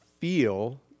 feel